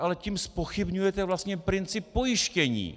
Ale tím zpochybňujete vlastně princip pojištění.